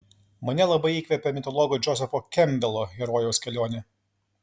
mane labai įkvepia mitologo džozefo kempbelo herojaus kelionė